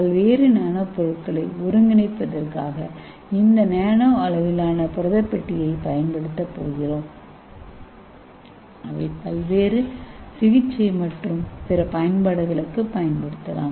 பல்வேறு நானோ பொருட்களை ஒருங்கிணைப்பதற்காக இந்த நானோ அளவிலான புரத பெட்டியைப் பயன்படுத்தப் போகிறோம் அவை பல்வேறு சிகிச்சை மற்றும் பிற பயன்பாடுகளுக்கும் பயன்படுத்தலாம்